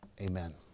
Amen